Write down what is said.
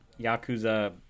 yakuza